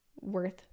worth